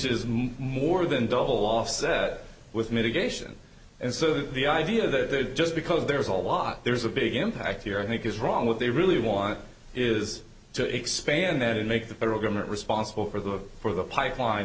much more than double offset with mitigation and so the idea that just because there's a lot there's a big impact here i think is wrong what they really want is to expand that and make the federal government responsible for the for the pipeline